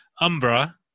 Umbra